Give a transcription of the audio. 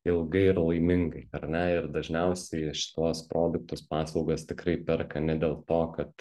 ilgai ir laimingai ar ne ir dažniausiai šituos produktus paslaugas tikrai perka ne dėl to kad